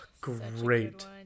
great